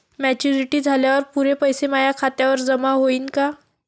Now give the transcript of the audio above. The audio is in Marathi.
मॅच्युरिटी झाल्यावर पुरे पैसे माया खात्यावर जमा होईन का?